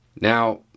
Now